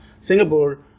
Singapore